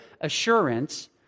assurance